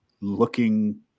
looking